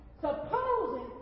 Supposing